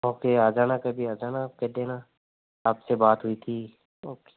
okay आ जाना कभी आ जाना कह देना आपसे बात हुई थी ओके